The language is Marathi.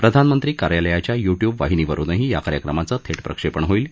प्रधानमंत्री कार्यालयाच्या युट्यूब वाहिनीवरुनही या कार्यक्रमाचं थेट प्रक्षेपण होईल